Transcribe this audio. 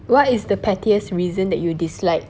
what is the pettiest reason that you dislike